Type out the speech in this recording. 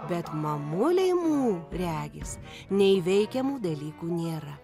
bet mamulei mū regis neįveikiamų dalykų nėra